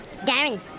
Darren